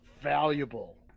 valuable